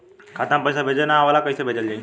खाता में पईसा भेजे ना आवेला कईसे भेजल जाई?